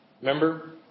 Remember